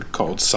Called